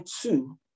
two